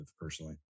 personally